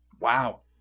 Wow